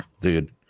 dude